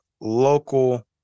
local